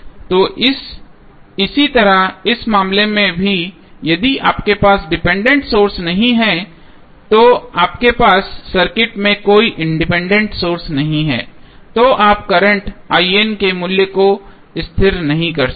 तो इसी तरह इस मामले में भी यदि आपके पास डिपेंडेंट सोर्स नहीं है तो आपके पास सर्किट में कोई इंडिपेंडेंट सोर्स नहीं है तो आप करंट के मूल्य को स्थिर नहीं कर सकते